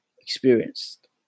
experienced